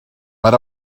per